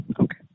Okay